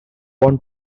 want